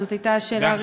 זאת הייתה השאלה הראשונה.